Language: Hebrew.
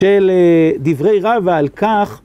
‫של דברי רב על כך.